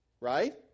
Right